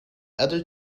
other